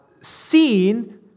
seen